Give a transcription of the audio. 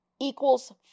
equals